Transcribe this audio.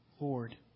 Lord